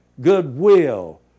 goodwill